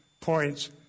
points